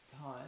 time